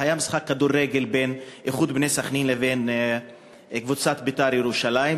היה משחק כדורגל בין "איחוד בני סח'נין" לבין קבוצת "בית"ר ירושלים",